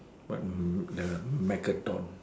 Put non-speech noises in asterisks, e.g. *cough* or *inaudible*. what *noise* the racket doll